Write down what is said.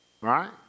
right